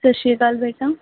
ਸਤਿ ਸ਼੍ਰੀ ਅਕਾਲ ਬੇਟਾ